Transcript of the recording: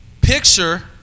picture